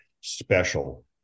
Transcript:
special